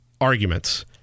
arguments